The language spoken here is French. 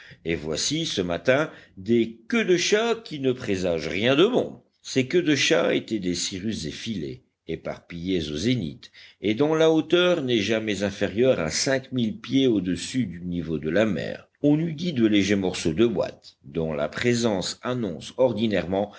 et voici ce matin des queues de chat qui ne présagent rien de bon ces queues de chat étaient des cirrus effilés éparpillés au zénith et dont la hauteur n'est jamais inférieure à cinq mille pieds au-dessus du niveau de la mer on eût dit de légers morceaux de ouate dont la présence annonce ordinairement